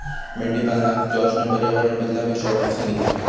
मेंढीपालनका जॉर्जना पर्यावरण बदलापेक्षा वाईट सांगितल्यान